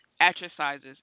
exercises